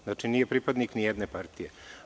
Znači, nije pripadnik nijedne partije.